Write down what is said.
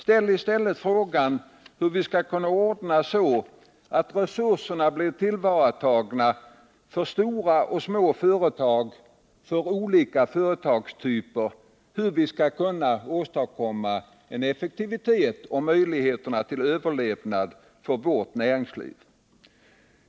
Ställ i stället frågan hur vi skall kunna ordna så, att resurserna blir tillvaratagna för stora och små företag och för olika företagstyper samt hur vi skall kunna åstadkomma effektivitet och möjligheter till överlevnad för vårt näringsliv.